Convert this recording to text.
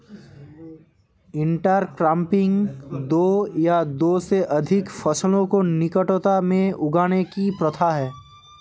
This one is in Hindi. इंटरक्रॉपिंग दो या दो से अधिक फसलों को निकटता में उगाने की प्रथा है